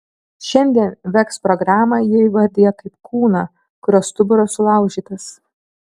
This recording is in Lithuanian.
šiandien veks programą ji įvardija kaip kūną kurio stuburas sulaužytas